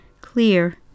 Clear